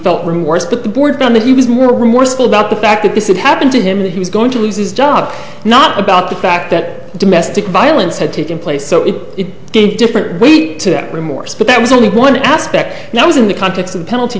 felt remorse but the board on that he was more remorseful about the fact that this had happened to him that he was going to lose his job not about the fact that domestic violence had taken place so is it different we took that remorse but that was only one aspect that was in the context of the penalty